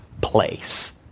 place